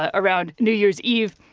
ah around new year's eve.